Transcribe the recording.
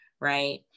right